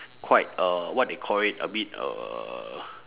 quite uh what they call it a bit uhh